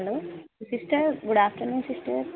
hello sister good afternoon sister